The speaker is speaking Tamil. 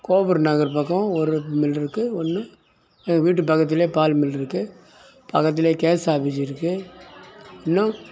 கோபுர நகர் பக்கம் ஒரு மில் இருக்கு ஒன்று எங்கள் வீட்டு பக்கத்துல பால் மில் இருக்கு பக்கத்துல கேஸ் ஆஃபீஸ் இருக்கு இன்னும்